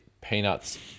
peanuts